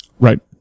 Right